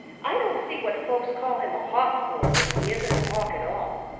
i don't see what folks call him a hawk for when he isn't a hawk at all.